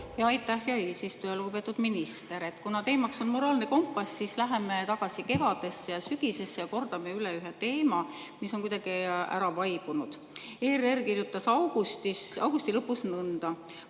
Aitäh, hea eesistuja! Lugupeetud minister, kuna teemaks on moraalne kompass, siis läheme tagasi kevadesse ja sügisesse ja kordame üle ühe teema, mis on kuidagi ära vaibunud. ERR kirjutas augustis,